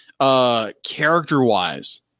character-wise